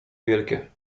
wielkie